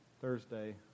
Thursday